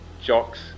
jocks